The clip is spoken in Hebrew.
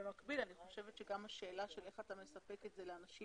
במקביל אני חושבת שגם השאלה של איך אתה מספק את זה לאנשים